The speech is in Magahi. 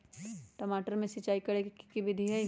टमाटर में सिचाई करे के की विधि हई?